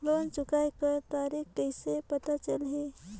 Loan चुकाय कर तारीक कइसे पता चलही?